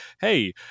hey